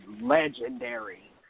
legendary